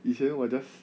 以前我 just